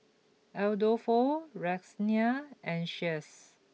Adolfo Roxane and Shaes